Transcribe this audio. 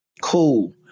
Cool